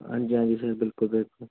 हांजी हांजी सर बिल्कुल बिल्कुल